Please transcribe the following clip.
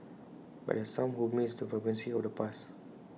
but there are some who miss the vibrancy of the past